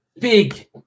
big